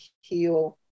heal